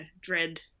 dread